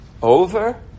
over